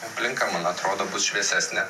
aplinka man atrodo bus šviesesnė